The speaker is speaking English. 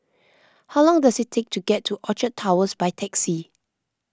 how long does it take to get to Orchard Towers by taxi